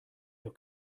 your